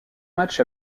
matchs